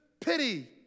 pity